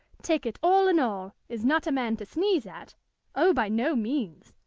take it all in all, is not a man to sneeze at oh, by no means!